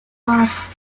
mars